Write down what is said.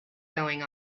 going